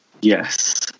Yes